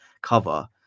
cover